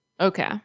Okay